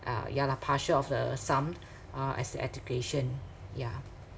uh ya lah partial of the sum uh as education yeah